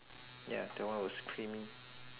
ya that one was creamy